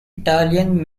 italian